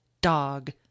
dog